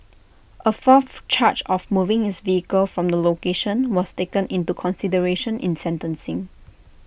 A fourth charge of moving his vehicle from the location was taken into consideration in sentencing